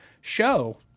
show